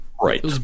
Right